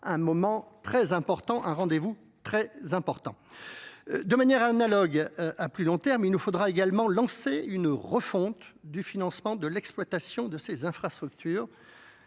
un moment très important, un rendez vous très important. De manière analogue, à plus long terme, il nous faudra également lancer une refonte du financement de l'exploitation de ces infrastructures,